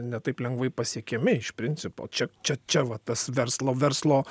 ne taip lengvai pasiekiami iš principo čia čia čia va tas verslo verslo